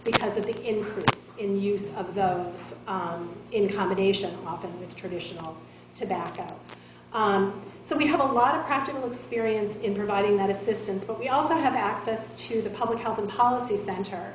because of the increase in use of those in combination with traditional tobacco so we have a lot of practical experience in providing that assistance but we also have access to the public health policy center